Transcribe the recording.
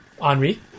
Henri